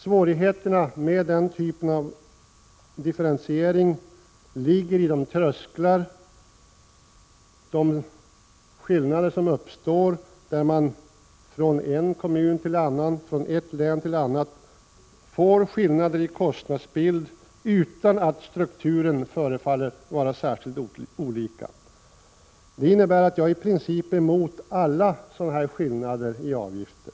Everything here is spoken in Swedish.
Svårigheten med denna typ av differentiering ligger i de trösklar, de skillnader som uppstår när man från en kommun till en annan, eller från ett län till ett annat, får olika kostnadsbild utan att strukturen förefaller vara särskilt olika. Det innebär att jag i princip är emot alla sådana här skillnader i avgifter.